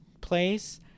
place